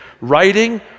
writing